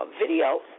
video